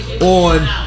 on